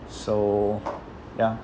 so ya